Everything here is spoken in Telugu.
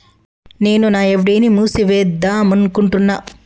నేను నా ఎఫ్.డి ని మూసివేద్దాంనుకుంటున్న